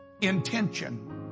intention